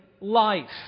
life